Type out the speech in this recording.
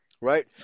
right